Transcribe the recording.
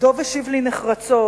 דב השיב לי נחרצות,